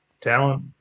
talent